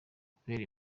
kubera